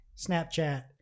Snapchat